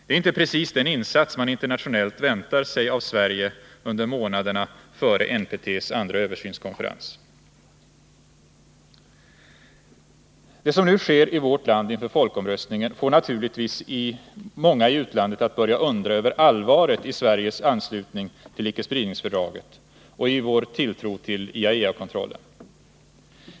Det är inte precis den insats man internationellt väntar sig av Sverige under månaderna före NPT:s andra översynskonferens. Det som nu sker i vårt land inför folkomröstningen får naturligtvis många i utlandet att börja undra över allvaret i Sveriges anslutning till ickespridningsfördraget och i vår tilltro till TAEA-kontroHen.